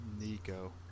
Nico